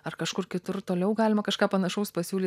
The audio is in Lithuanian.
ar kažkur kitur toliau galima kažką panašaus pasiūlyt